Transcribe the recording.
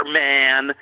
man